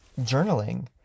Journaling